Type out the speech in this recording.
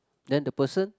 then the person